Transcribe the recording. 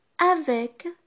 Avec